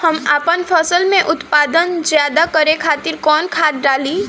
हम आपन फसल में उत्पादन ज्यदा करे खातिर कौन खाद डाली?